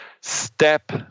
step